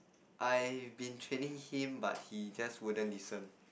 I been training him but he just wouldn't listen